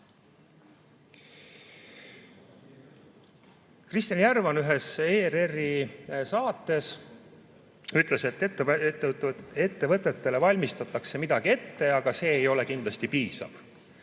Kristjan Järvan ühes ERR‑i saates ütles, et ettevõtetele valmistatakse midagi ette, aga see ei ole kindlasti piisav.